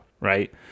Right